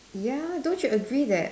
ya don't you agree that